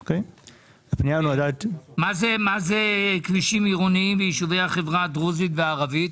מה זה כבישים עירוניים ביישובי החברה הדרוזית והערבית?